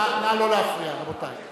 נא לא להפריע, רבותי.